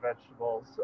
vegetables